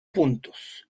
puntos